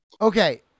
Okay